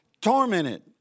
Tormented